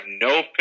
no